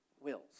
wills